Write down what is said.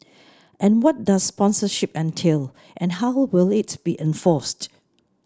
and what does sponsorship entail and how will it be enforced